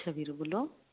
ਅੱਛਾ ਵੀਰੇ ਬੋਲੋ